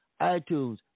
iTunes